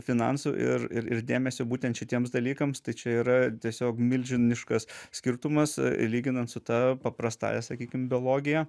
finansų ir ir ir dėmesio būtent šitiems dalykams tai čia yra tiesiog milžiniškas skirtumas lyginant su ta paprastąja sakykim biologija